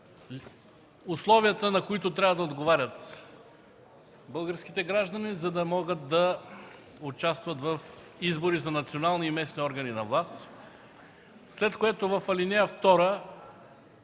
условията, на които трябва да отговарят българските граждани, за да могат да участват в избори за национални и местни органи на власт, след което в ал. 2